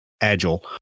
agile